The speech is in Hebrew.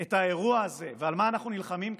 את האירוע הזה ועל מה אנחנו נלחמים כאן.